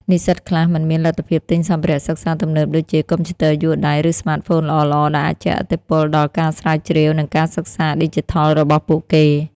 និស្សិតខ្លះមិនមានលទ្ធភាពទិញសម្ភារៈសិក្សាទំនើបដូចជា កុំព្យូទ័រយួរដៃ ឬស្មាតហ្វូនល្អៗ ដែលអាចជះឥទ្ធិពលដល់ការស្រាវជ្រាវ និងការសិក្សាឌីជីថលរបស់ពួកគេ។